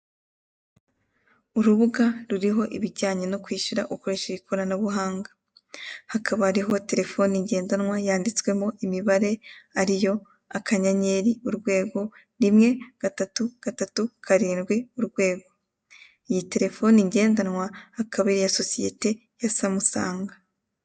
Urubuga ruriho ibijyanye no kwishyura ukoresheje ikoranabuhanga. Hakaba hariho terefone ndendanwa yanditswemo imibare ariyo akanyenyeri, urwego, rimwe, gatatu, gatatu, karindwi, urwego. Iyi terephone ndendanwa akaba ari iya sosiyete ya Samusangi.